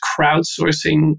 crowdsourcing